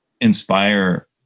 inspire